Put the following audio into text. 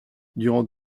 durant